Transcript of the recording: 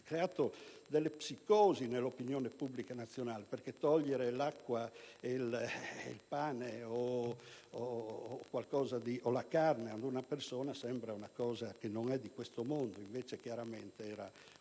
ha creato delle psicosi nell'opinione pubblica nazionale, perché togliere l'acqua, il pane o la carne ad una persona sembra una cosa che non è di questo mondo, invece in quel caso